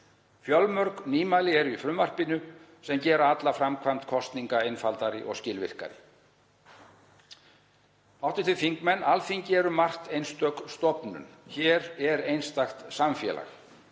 Fjölmörg nýmæli eru í frumvarpinu sem gera alla framkvæmd kosninga einfaldari og skilvirkari. Hv. þingmenn. Alþingi er um margt einstök stofnun. Hér er einstakt samfélag.